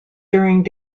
during